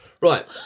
Right